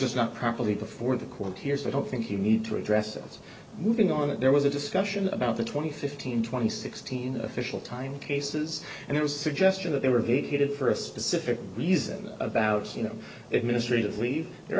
was not properly before the court here so i don't think you need to address us moving on that there was a discussion about the twenty fifteen twenty sixteen official time cases and there was a suggestion that they were vacated for a specific reason about you know it ministry of leave